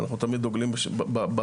אנחנו תמיד דוגלים במחירה.